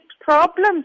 Problems